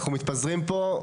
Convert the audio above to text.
אנחנו מתפזרים פה.